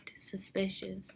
suspicious